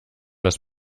das